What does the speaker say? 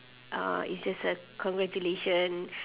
uh it's just a congratulation